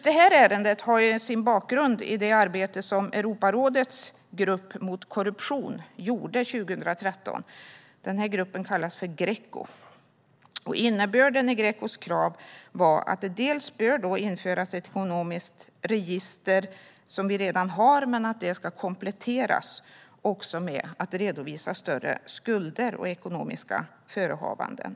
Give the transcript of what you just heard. Det här ärendet har sin bakgrund i det arbete som Europarådets grupp mot korruption gjorde 2013. Den gruppen kallas för Greco. Innebörden i Grecos krav var att det bör införas ett ekonomiskt register. Det har vi redan, men det handlar om att det ska kompletteras med en redovisning av större skulder och ekonomiska förehavanden.